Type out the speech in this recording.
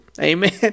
Amen